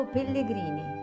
Pellegrini